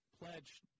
pledge